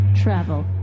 travel